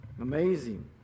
Amazing